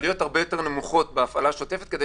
עלויות הרבה יותר נמוכות בהפעלה השוטפת כדי